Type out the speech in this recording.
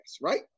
right